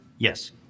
Yes